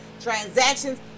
transactions